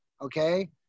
okay